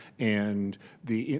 and the